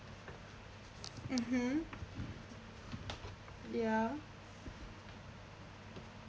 mmhmm ya